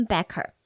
Becker